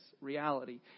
reality